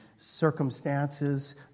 Circumstances